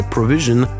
Provision